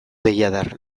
deiadar